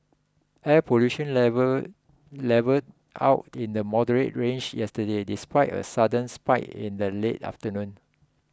air pollution levels levelled out in the moderate range yesterday despite a sudden spike in the late afternoon